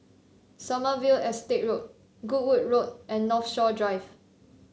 Sommerville Estate Road Goodwood Road and Northshore Drive